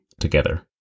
together